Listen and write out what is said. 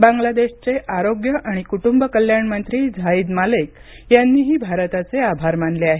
बांग्लादेशचे आरोग्य आणि कुटुंब कल्याण मंत्री झाहिद मालेक यांनीही भारताचे आभार मानले आहेत